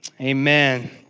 amen